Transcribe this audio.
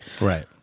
Right